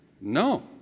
No